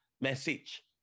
message